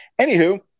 Anywho